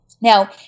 Now